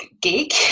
geek